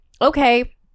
okay